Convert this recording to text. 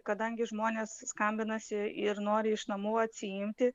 kadangi žmonės skambinasi ir nori iš namų atsiimti